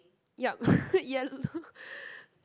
yup yellow